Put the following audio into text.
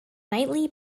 nightly